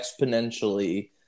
exponentially